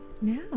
No